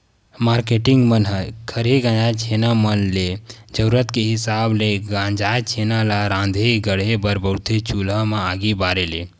marketing मन ह खरही गंजाय छैना मन म ले जरुरत के हिसाब ले गंजाय छेना ल राँधे गढ़हे बर बउरथे चूल्हा म आगी बारे ले